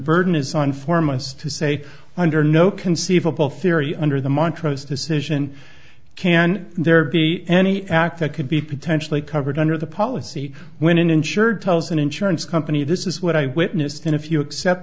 burden is on for months to say under no conceivable theory under the montrose decision can there be any act that could be potentially covered under the policy when an insured tells an insurance company this is what i witnessed and if you accept